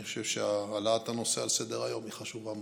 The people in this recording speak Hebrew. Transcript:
אני חושב שהעלאת הנושא על סדר-היום היא חשובה מאוד.